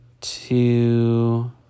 two